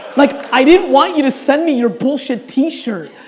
like i didn't want you to send me your bullshit t-shirt.